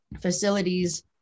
facilities